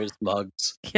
mugs